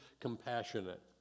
compassionate